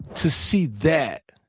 to see that